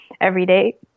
everyday